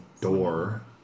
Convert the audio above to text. door